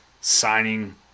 signing